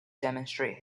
demonstrate